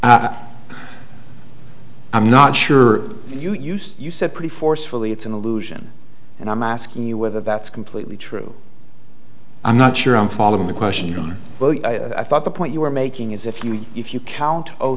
i'm not sure you used you said pretty forcefully it's an illusion and i'm asking you whether that's completely true i'm not sure i'm following the question i thought the point you were making is if you if you count o